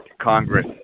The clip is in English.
Congress